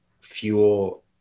fuel